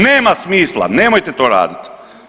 Nema smisla, nemojte to raditi.